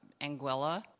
Anguilla